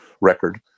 record